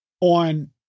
on